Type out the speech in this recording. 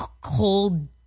cold